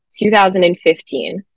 2015